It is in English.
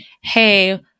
hey-